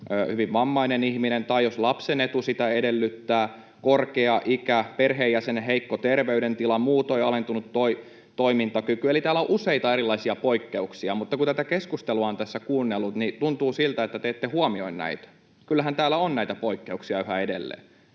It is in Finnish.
hyvin vammainen ihminen tai jos lapsen etu sitä edellyttää, korkea ikä, perheenjäsenen heikko terveydentila, muutoin alentunut toimintakyky, eli täällä on useita erilaisia poikkeuksia. Mutta kun tätä keskustelua on tässä kuunnellut, niin tuntuu siltä, että te ette huomioi näitä. Kyllähän täällä on näitä poikkeuksia yhä edelleen.